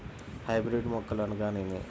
Hybrid మొక్కలు అనగానేమి?